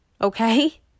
okay